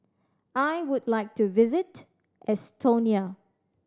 I would like to visit Estonia